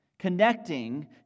connecting